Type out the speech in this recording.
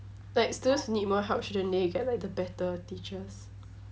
like students who need more help shouldn't they get like the better teachers